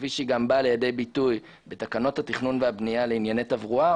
כפי שגם באה לידי ביטוי בתקנות התכנון והבנייה לענייני תברואה,